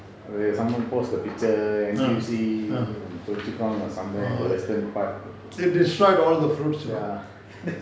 uh uh it destroyed all the fruits ya